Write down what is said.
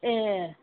ए